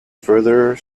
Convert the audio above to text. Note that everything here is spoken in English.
further